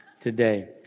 today